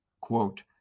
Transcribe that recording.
quote